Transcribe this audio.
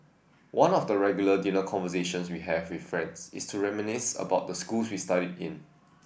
one of the regular dinner conversations we have with friends is to reminisce about the school we studied in